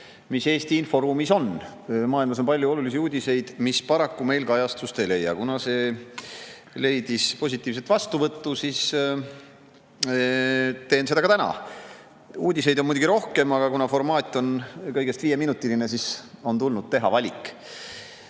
mis Eesti inforuumis on. Maailmas on palju olulisi uudiseid, mis paraku meil kajastust ei leia. Kuna see leidis positiivset vastuvõttu, siis teen seda ka täna. Uudiseid on muidugi rohkem, aga kuna formaat on kõigest viieminutiline, siis on tulnud teha